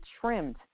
trimmed